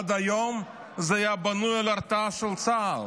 עד היום זה היה בנוי על ההרתעה של צה"ל,